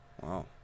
wow